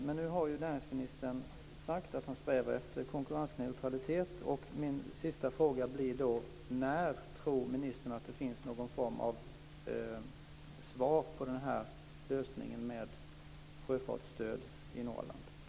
Men nu har ju näringsministern sagt att han strävar efter konkurrensneutralitet. Min sista fråga blir då: När tror ministern att det finns någon form av lösning på det här problemet med sjöfartsstöd i Norrland?